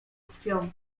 krwią